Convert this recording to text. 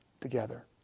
Together